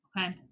Okay